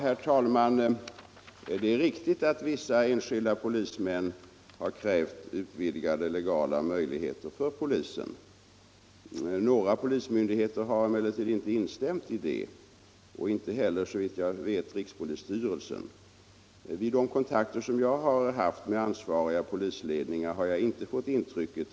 Polisen i Sollentuna har länge varit i behov av nya lokaler. Sollentuna polishus står också högst på rikspolisstyrelsens och byggnadsstyrelsens lista över byggnader, som ännu inte har beviljats medel.